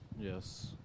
Yes